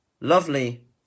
lovely